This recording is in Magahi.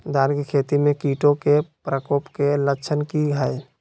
धान की खेती में कीटों के प्रकोप के लक्षण कि हैय?